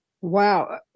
Wow